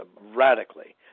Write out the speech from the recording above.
radically